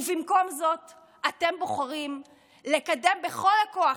במקום זאת אתם בוחרים לקדם בכל הכוח,